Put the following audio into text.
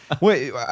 Wait